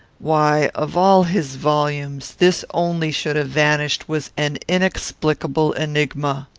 why, of all his volumes, this only should have vanished, was an inexplicable enigma.